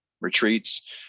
retreats